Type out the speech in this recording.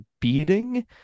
beating